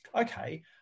okay